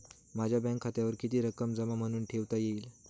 माझ्या बँक खात्यावर किती रक्कम जमा म्हणून ठेवता येईल?